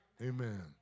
amen